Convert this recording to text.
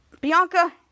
Bianca